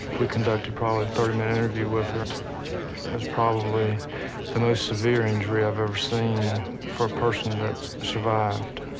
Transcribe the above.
we conducted probably a thirty minute interview with her. it was probably the most severe injury i've ever seen for a person that survived.